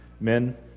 Men